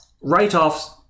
write-offs